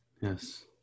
Yes